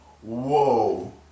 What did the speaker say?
whoa